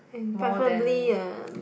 more than